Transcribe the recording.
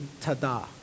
Tada